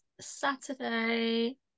Saturday